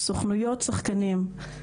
סוכנויות שחקנים,